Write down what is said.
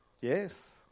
yes